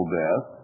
death